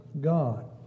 God